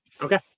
Okay